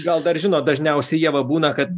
gal dar žinot dažniausiai ieva būna kad